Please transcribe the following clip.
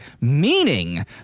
meaning